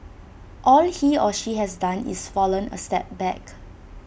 all he or she has done is fallen A step back